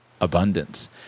abundance